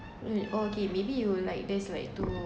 okay maybe you would like there's like to